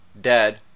dead